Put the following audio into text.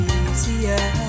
easier